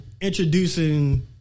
introducing